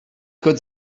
could